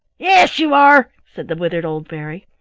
yes you are! said the withered old fairy.